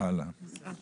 עמוד